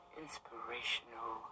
inspirational